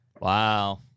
Wow